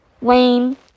Wayne